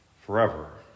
forever